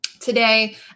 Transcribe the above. Today